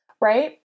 right